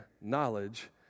knowledge